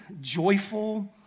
joyful